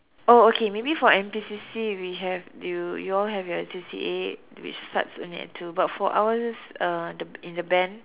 oh okay maybe for N_P_C_C we have you you all have your C_C_A which starts only at two but for ours uh the in the band